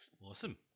Awesome